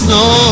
no